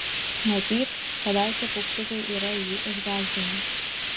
matyt kadaise paukštukai yra jį išgąsdinę